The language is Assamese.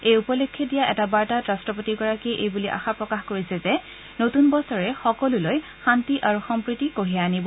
এই উপলক্ষে দিয়া এটা বাৰ্তাত ৰাষ্ট্ৰপতিগৰাকীয়ে এইবুলি আশা প্ৰকাশ কৰিছে যে নতূন বছৰে সকলোলৈ শান্তি আৰু সম্প্ৰীতি কঢ়িয়াই আনিব